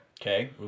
Okay